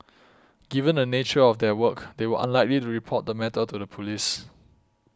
given the nature of their work they were unlikely to report the matter to the police